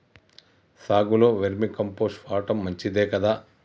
సాగులో vermicompost వాడటం మంచిదే కదా?